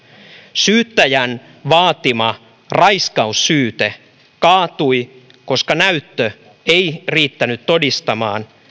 syyttäjän vaatima raiskaussyyte kaatui koska näyttö ei riittänyt todistamaan